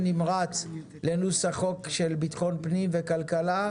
נמרץ לנוסח חוק של ביטחון פנים וכלכלה,